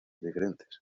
diferentes